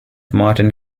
martin